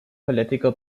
political